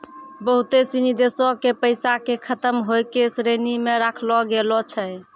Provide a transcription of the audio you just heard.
बहुते सिनी देशो के पैसा के खतम होय के श्रेणी मे राखलो गेलो छै